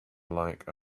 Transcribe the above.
like